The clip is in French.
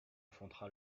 affronta